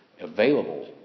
available